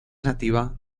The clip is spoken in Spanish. nativa